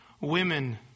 women